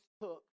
took